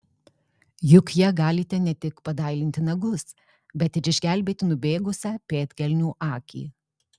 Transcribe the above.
juk ja galite ne tik padailinti nagus bet ir išgelbėti nubėgusią pėdkelnių akį